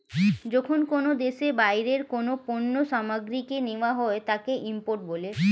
যখন কোনো দেশে বাইরের কোনো পণ্য সামগ্রীকে নেওয়া হয় তাকে ইম্পোর্ট বলে